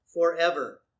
forever